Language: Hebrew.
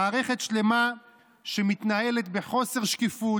מערכת שלמה מתנהלת בחוסר שקיפות,